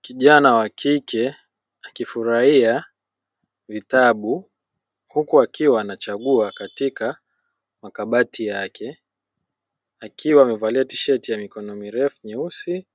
Kijana wa kike akifurahia vitabu, huku akiwa anachagua katika makabati yake, akiwa amevalia tisheti ya mikono mirefu nyeusi